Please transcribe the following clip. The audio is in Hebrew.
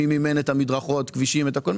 מי מימן את המדרכות, הכבישים את הכול?